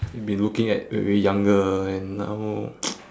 been looking at when we were younger and now